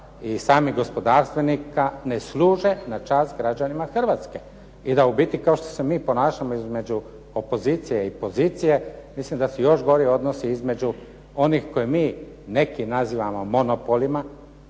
i samih gospodarstvenika ne služe na čast građanima Hrvatske. I da u biti kao što se mi ponašamo između opozicije i pozicije mislim da su još gori odnosi između onih koje mi neki nazivamo monopolima,